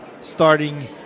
starting